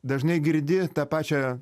dažnai girdi tą pačią